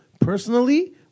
personally